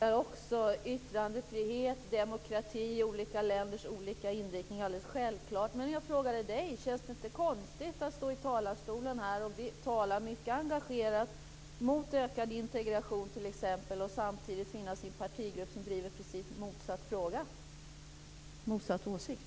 Fru talman! Jag respekterar också yttrandefrihet, demokrati och olika länders olika inriktning, alldeles självklart, men jag frågade dig, Yvonne Ruwaida: Känns det inte konstigt att stå i talarstolen här och tala mycket engagerat mot t.ex. ökad integration och samtidigt finnas i en partigrupp som driver i princip motsatt åsikt?